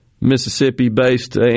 Mississippi-based